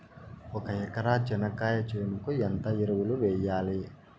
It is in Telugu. ఒక ఎకరా చెనక్కాయ చేనుకు ఎంత ఎరువులు వెయ్యాలి?